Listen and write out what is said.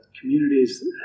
communities